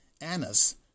Annas